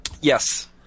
Yes